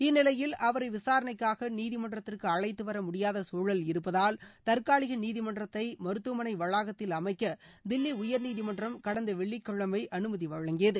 இந்நிலையில் அவரை விசாரணைக்காக நீதிமன்றத்திற்கு அழழத்துவர முடியாத சூழல் இருப்பதால் நீதிமன்றத்தை மருத்துவமனை வளாகத்தில் அமைக்க தில்லி உயர்நீதிமன்றம் தற்காலிக கடந்த வெள்ளிக்கிழமை அனுமதி வழங்கியது